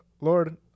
lord